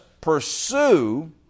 pursue